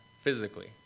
physically